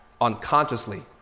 unconsciously